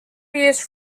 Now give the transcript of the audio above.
use